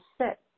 sit